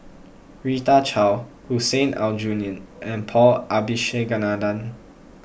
Rita Chao Hussein Aljunied and Paul Abisheganaden